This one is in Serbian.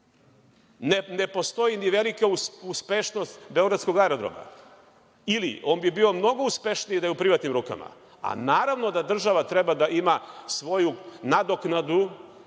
Ne postoji ni velika uspešnost beogradskog aerodroma. On bi bio mnogo uspešniji da je u privatnim rukama, a naravno da država treba da ima svoju nadoknadu